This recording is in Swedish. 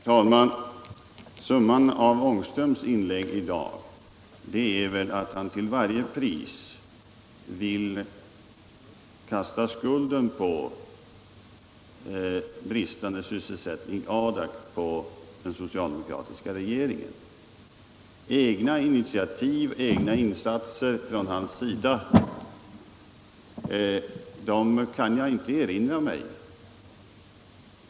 Herr talman! Summan av herr Ångströms inlägg i dag är väl att han till varje pris vill lägga skulden för den bristande sysselsättningen i Adak på den socialdemokratiska regeringen. Egna initiativ, egna insatser från hans sida kan jag inte erinra mig.